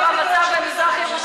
לאור המצב במזרח-ירושלים.